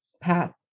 path